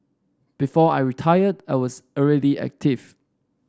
before I retired I was already active